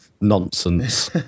nonsense